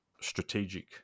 strategic